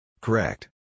Correct